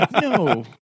No